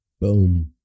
Boom